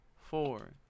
Four